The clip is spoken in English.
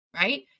right